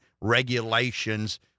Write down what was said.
regulations